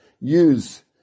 use